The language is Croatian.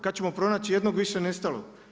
Kada ćemo pronać ijednog više nestalog?